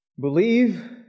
believe